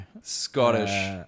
Scottish